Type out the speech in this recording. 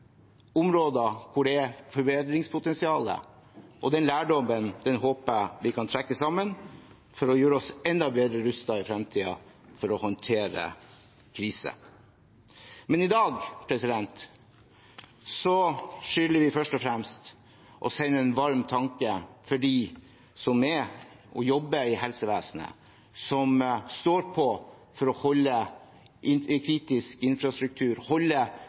områder hvor det er et forbedringspotensial. Den lærdommen håper jeg vi kan trekke sammen for i fremtiden og gjøre oss enda bedre rustet til å håndtere kriser. Men i dag skylder vi først og fremst å sende en varm tanke til dem som jobber i helsevesenet, som står på for å holde kritisk infrastruktur